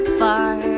far